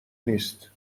نیست